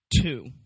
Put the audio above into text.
two